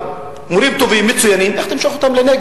כדי לקבל את תגובותיהם.